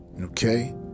Okay